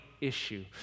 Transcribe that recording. issue